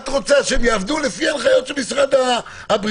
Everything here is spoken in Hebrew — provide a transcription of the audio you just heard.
את רוצה שהם יעבדו לפי הנחיות של משרד הבריאות.